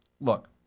look